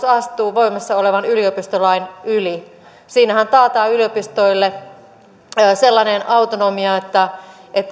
astuu voimassa olevan yliopistolain yli siinähän taataan yliopistoille sellainen autonomia että